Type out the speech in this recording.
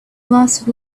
lasted